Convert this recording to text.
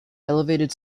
elevated